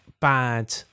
bad